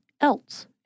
else